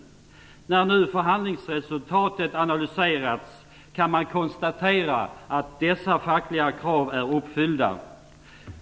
När nu förhandlingsresultatet analyserats kan man konstatera att dessa fackliga krav är uppfyllda.